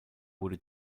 wurde